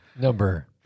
number